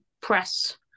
press